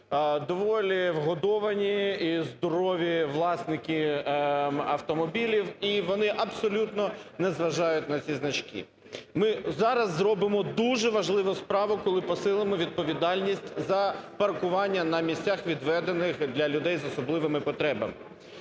доволі вгодовані і здорові власники автомобілів. І вони абсолютно не зважають на ці значки. Ми зараз зробимо дуже важливу справу, коли посилимо відповідальність за паркування на місцях, відведених для людей з особливими потребами.